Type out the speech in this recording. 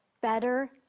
better